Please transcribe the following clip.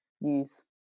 use